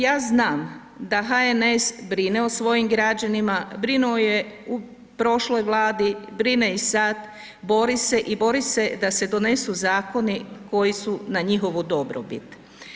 Ja znam da HNS brine o svojim građanima, brinuo je u prošloj Vladi, brine i sad, bori se i bori se da se donesu zakonu koji su na njihovu dobrobit.